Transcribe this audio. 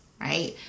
right